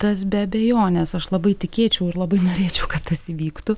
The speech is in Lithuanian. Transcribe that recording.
tas be abejonės aš labai tikėčiau ir labai norėčiau kad tas įvyktų